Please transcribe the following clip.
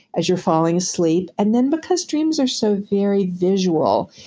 as you're falling asleep. and then because dreams are so very visual,